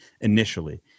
initially